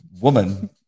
woman